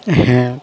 হ্যাঁ